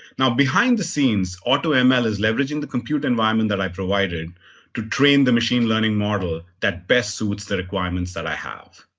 now, behind the scenes, auto ml is leveraging the compute environment that i provided to train the machine learning model that best suits the requirements that i have.